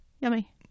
Yummy